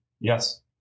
Yes